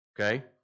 Okay